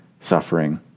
suffering